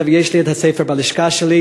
ויש לי את הספר בלשכה שלי,